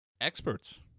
Experts